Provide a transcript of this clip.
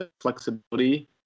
flexibility